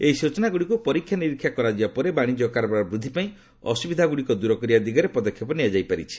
ଏହି ସୂଚନାଗୁଡ଼ିକୁ ପରୀକ୍ଷା ନିରୀକ୍ଷା କରାଯିବା ପରେ ବାଣିଜ୍ୟ କାରବାର ବୃଦ୍ଧି ପାଇଁ ଅସୁବିଧାଗୁଡ଼ିକ ଦୁର କରିବା ଦିଗରେ ପଦକ୍ଷେପ ନିଆଯାଇପାରିଛି